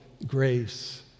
grace